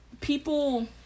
people